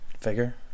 figure